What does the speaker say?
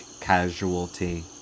casualty